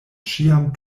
ĉiam